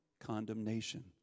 condemnation